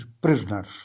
prisoners